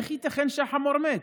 איך ייתכן שהחמור מת?